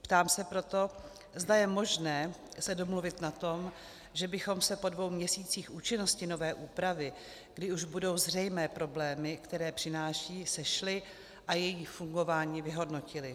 Ptám se proto, zda je možné se domluvit na tom, že bychom se po dvou měsících účinnosti nové úpravy, kdy už budou zřejmé problémy, které přináší, sešly a její fungování vyhodnotily.